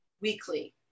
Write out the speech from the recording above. weekly